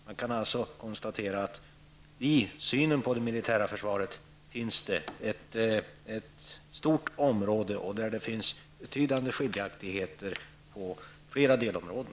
Man kan alltså konstatera att det i synen på det militära försvaret finns betydande skiljaktigheter när det gäller flera delområden.